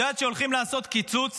את יודעת שהולכים לעשות קיצוץ